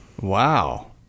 Wow